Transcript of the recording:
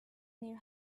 knew